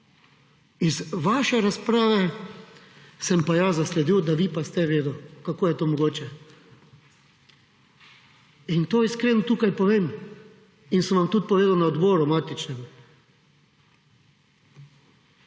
Iz vaše razprave sem pa jaz zasledil, da vi pa ste vedel. Kako je to mogoče? In to iskreno tukaj povem in sem vam tudi povedal na odboru, matičnem.